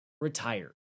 retired